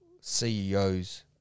CEOs